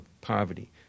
poverty